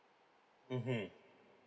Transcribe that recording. mmhmm